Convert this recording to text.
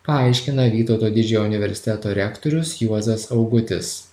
paaiškina vytauto didžiojo universiteto rektorius juozas augutis